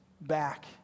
back